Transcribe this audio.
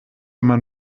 man